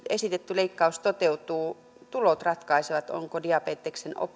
esitetty leikkaus toteutuu tulotko ratkaisevat onko diabeteksen